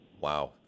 Wow